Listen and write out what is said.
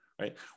right